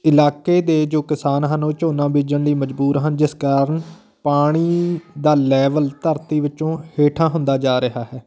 ਇਲਾਕੇ ਦੇ ਜੋ ਕਿਸਾਨ ਹਨ ਉਹ ਝੋਨਾ ਬੀਜਣ ਲਈ ਮਜਬੂਰ ਹਨ ਜਿਸ ਕਾਰਨ ਪਾਣੀ ਦਾ ਲੈਵਲ ਧਰਤੀ ਵਿੱਚੋਂ ਹੇਠਾਂ ਹੁੰਦਾ ਜਾ ਰਿਹਾ ਹੈ